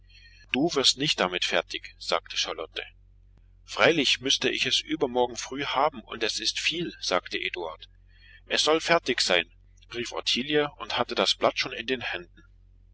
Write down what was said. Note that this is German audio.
du wirst nicht damit fertig sagte charlotte freilich müßte ich es übermorgen früh haben und es ist viel sagte eduard es soll fertig sein rief ottilie und hatte das blatt schon in den händen